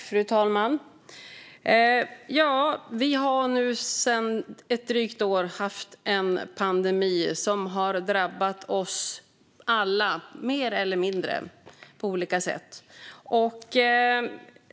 Fru talman! Vi har nu sedan ett drygt år haft en pandemi som har drabbat oss alla mer eller mindre, på olika sätt.